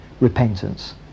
repentance